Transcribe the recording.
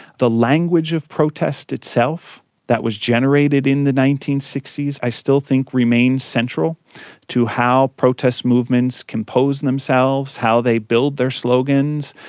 the language of protest itself that was generated in the nineteen sixty s i still think remains central to how protest movements composed themselves, how they build their slogans,